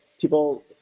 people